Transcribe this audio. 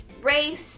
race